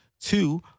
Two